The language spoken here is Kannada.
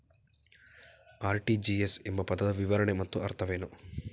ಆರ್.ಟಿ.ಜಿ.ಎಸ್ ಎಂಬ ಪದದ ವಿವರಣೆ ಮತ್ತು ಅರ್ಥವೇನು?